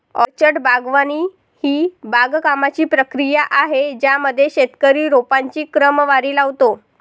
orchard बागवानी ही बागकामाची प्रक्रिया आहे ज्यामध्ये शेतकरी रोपांची क्रमवारी लावतो